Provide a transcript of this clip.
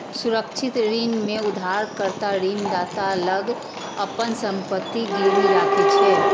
सुरक्षित ऋण मे उधारकर्ता ऋणदाता लग अपन संपत्ति गिरवी राखै छै